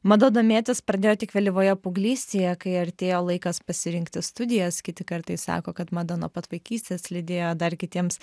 mada domėtis pradėjo tik vėlyvoje paauglystėje kai artėjo laikas pasirinkti studijas kiti kartais sako kad mada nuo pat vaikystės lydėjo dar kitiems